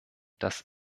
dass